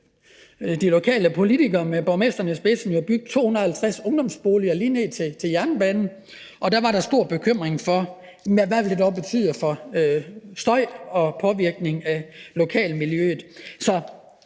de lokale politikere med borgmesteren i spidsen bygge 250 ungdomsboliger lige ned til jernbanen, og der var der stor bekymring for, hvad det dog vil medføre af støj og påvirkning af lokalmiljøet.